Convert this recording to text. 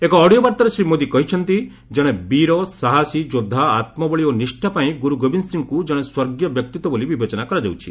ଏକ ଅଡ଼ିଓ ବାର୍ତ୍ତାରେ ଶ୍ରୀ ମୋଦି କହିଛନ୍ତି ଜଣେ ବୀର ସାହସୀ ଯୋଦ୍ଧା ଆତ୍ମବଳି ଓ ନିଷ୍ଣା ପାଇଁ ଗୁରୁ ଗୋବିନ୍ଦ ସିଂହଙ୍କୁ କଣେ ସ୍ୱର୍ଗୀୟ ବ୍ୟକ୍ତିତ୍ୱ ବୋଲି ବିବେଚନା କରାଯାଉଛି